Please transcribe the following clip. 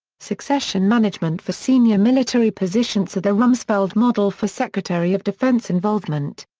succession management for senior military positions the rumsfeld model for secretary of defense involvement.